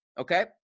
Okay